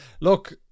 Look